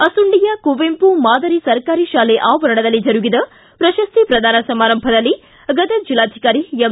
ಅಸುಂಡಿಯ ಕುವೆಂಪು ಮಾದರಿ ಸರಕಾರಿ ಶಾಲೆ ಆವರಣದಲ್ಲಿ ಜರುಗಿದ ಪ್ರಶಸ್ತಿ ಪ್ರಧಾನ ಸಮಾರಂಭದಲ್ಲಿ ಗದಗ್ ಜಿಲ್ಲಾಧಿಕಾರಿ ಎಂ